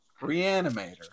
Reanimator